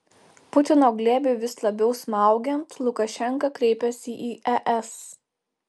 putino glėbiui vis labiau smaugiant lukašenka kreipiasi į es